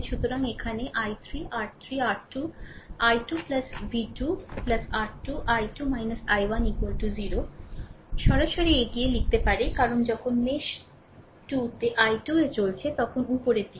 সুতরাং এখানে I3 r3 r2 I2 v 2 r2 I2 I1 0 সরাসরি এগিয়ে লিখতে পারে কারণ যখন মেশ 2 I2 এ চলছে তখন উপরের দিকে